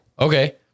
Okay